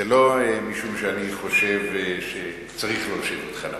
זה לא משום שאני חושב שצריך להושיב אותך נמוך.